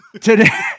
Today